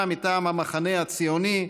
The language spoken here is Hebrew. הראשונה, מטעם המחנה הציוני: